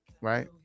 right